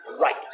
Right